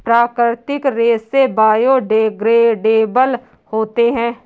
प्राकृतिक रेसे बायोडेग्रेडेबल होते है